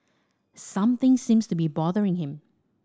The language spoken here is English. something seems to be bothering him